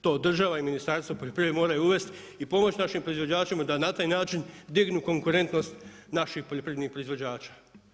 To država i Ministarstvo poljoprivrede moraju uvesti i pomoći našim proizvođačima da na taj način dignu konkurentnost naših poljoprivrednih proizvođača.